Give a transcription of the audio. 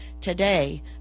today